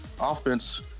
offense